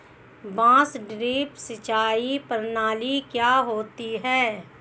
बांस ड्रिप सिंचाई प्रणाली क्या होती है?